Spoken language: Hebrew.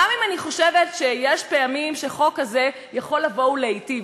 גם אם אני חושבת שיש פעמים שחוק כזה יכול לבוא ולהיטיב,